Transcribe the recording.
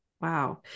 wow